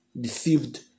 deceived